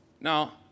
Now